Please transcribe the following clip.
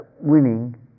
winning